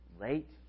late